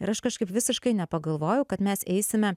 ir aš kažkaip visiškai nepagalvojau kad mes eisime